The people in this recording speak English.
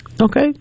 Okay